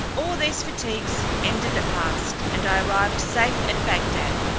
all these fatigues ended at last, and i arrived safe at bagdad.